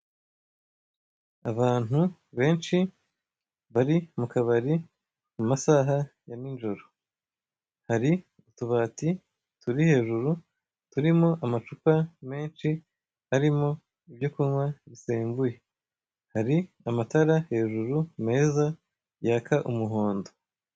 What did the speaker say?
Abantu benshi bari mu kabari mu masaha ya nijoro, hari utubati turi hejuru turimo amacupa menshi arimo ibyo kuywa bisembuye; hari amatara hejuru meza yaka umuhondo.